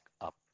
up